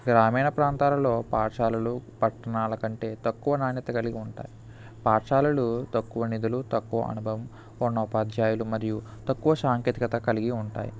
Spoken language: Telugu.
గ్రామీణ ప్రాంతాలలో పాఠశాలలో పట్టణాల కంటే తక్కువ నాణ్యత కలిగి ఉంటాయి పాఠశాలలు తక్కువ నిధులు తక్కువ అనుభవం ఉన్న ఉపాధ్యాయులు మరియు తక్కువ సాంకేతికథ కలిగి ఉంటాయి